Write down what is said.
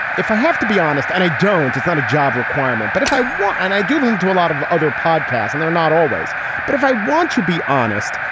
if i have to be honest and i don't, it's not a job requirement but if i want and i do listen to a lot of other podcast and they're not always but if i want to be honest,